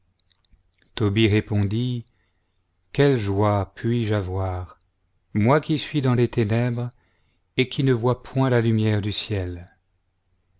tobie répondit quelle joie puisje avoir moi qui suis dans les ténèbres et qui ne vois point la lumière du ciel